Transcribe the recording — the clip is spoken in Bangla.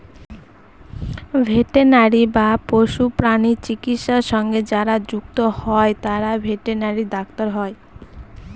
ভেটেনারি বা পশুপ্রাণী চিকিৎসা সঙ্গে যারা যুক্ত হয় তারা ভেটেনারি ডাক্তার হয়